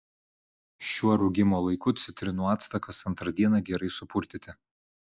šiuo rūgimo laiku citrinų actą kas antrą dieną gerai supurtyti